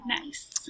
Nice